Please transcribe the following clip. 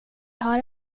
har